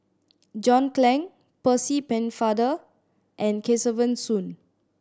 John Clang Percy Pennefather and Kesavan Soon